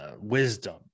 wisdom